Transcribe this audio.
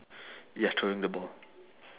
ya throwing the ball